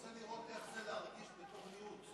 אני רוצה לראות איך זה להרגיש בתור מיעוט.